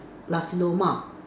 Nasi-Lemak